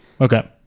okay